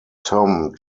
tom